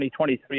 2023